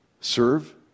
serve